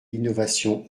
l’innovation